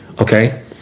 okay